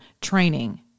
training